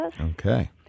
Okay